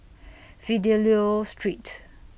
Fidelio Street